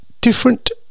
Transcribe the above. Different